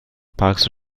parks